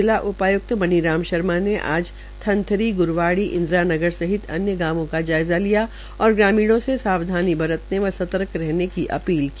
जिला उपायुक्त मनीराम शर्मा ने आज थंथरी ग्रवाड़ी इंद्रान नगर सहित अन्य गांवों का जायज़ा लिया तथा ग्रामीणों से सावधानी बरतने व सर्तक रहने की अपील की